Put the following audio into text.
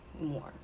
more